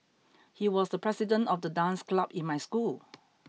he was the president of the dance club in my school